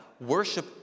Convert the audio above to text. worship